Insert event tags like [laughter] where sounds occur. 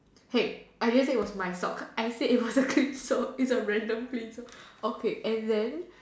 hey I never said it was my sock I said it was a [noise] clean sock it's a random clean sock okay and then